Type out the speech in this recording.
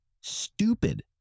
stupid